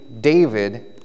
David